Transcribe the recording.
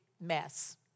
mess